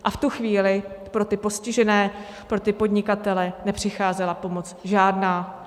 A v tu chvíli pro ty postižené, pro ty podnikatele, nepřicházela pomoc žádná.